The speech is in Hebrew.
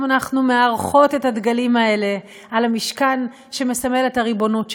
אנחנו מארחות את הדגלים האלה על המשכן שמסמל את הריבונות שלנו.